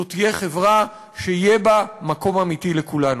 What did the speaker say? זאת תהיה חברה שיהיה בה מקום אמיתי לכולנו.